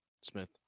Smith